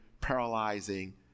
paralyzing